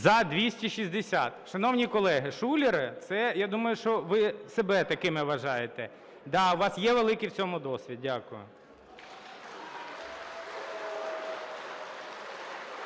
За-260 Шановні колеги, "шулери" - це, я думаю, що ви себе такими вважаєте. Так, у вас є великий в цьому досвід. Дякую.